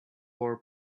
wore